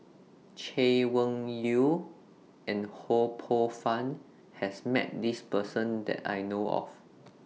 Chay Weng Yew and Ho Poh Fun has Met This Person that I know of